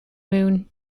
moon